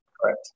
Correct